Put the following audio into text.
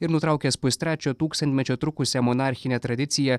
ir nutraukęs pustrečio tūkstantmečio trukusią monarchinę tradiciją